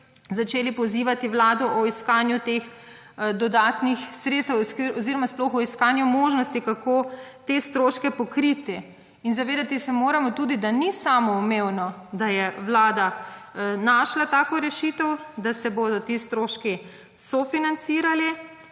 začeli pozivati vlado o iskanju teh dodatnih sredstev oziroma sploh o iskanju možnosti, kako te stroške pokriti. In zavedati se moramo tudi, da ni samoumevno, da je vlada našla tako rešitev, da se bodo ti stroški sofinancirali,